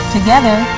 Together